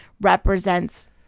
represents